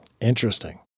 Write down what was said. Interesting